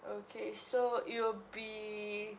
okay so it will be